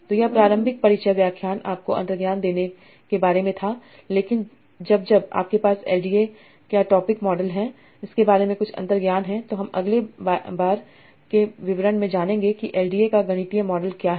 तो यह प्रारंभिक परिचय व्याख्यान आपको अंतर्ज्ञान देने के बारे में था लेकिन अब जब आपके पास एलडीए क्या टॉपिक मॉडल है इसके बारे में कुछ अंतर्ज्ञान है तो हम अगले बार के विवरण में जानेगे कि एलडीए का गणितीय मॉडल क्या है